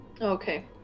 okay